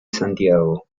santiago